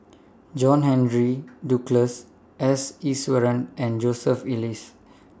John Henry Duclos S Iswaran and Joseph Elias